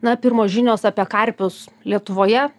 na pirmos žinios apie karpius lietuvoje